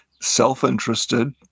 self-interested